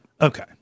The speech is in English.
Okay